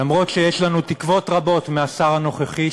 למרות שיש לנו תקוות רבות מהשר הנוכחי,